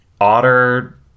otter